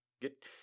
Get